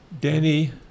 Danny